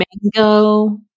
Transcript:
mango